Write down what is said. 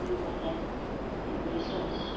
এনেকুৱাকৈ হেৰি কৰিছোঁ আৰু